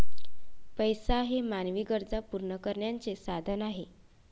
पैसा हे मानवी गरजा पूर्ण करण्याचे साधन आहे